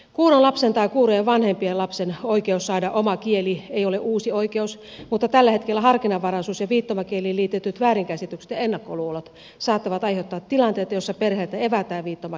kuuron lapsen tai kuurojen vanhempien lapsen oikeus saada oma kieli ei ole uusi oikeus mutta tällä hetkellä harkinnanvaraisuus ja viittomakieliin liitetyt väärinkäsitykset ja ennakkoluulot saattavat aiheuttaa tilanteita joissa perheiltä evätään viittomakielen opetus